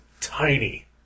tiny